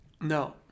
No